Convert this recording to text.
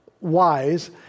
wise